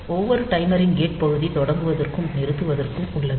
ஒவ்வொரு டைமரின் கேட் பகுதி தொடங்குவதற்கும் நிறுத்துவதற்கும் உள்ளது